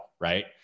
right